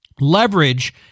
Leverage